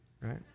Right